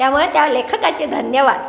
त्यामुळे त्या लेखकाचे धन्यवाद